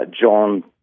John